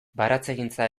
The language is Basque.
baratzegintza